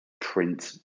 print